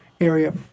area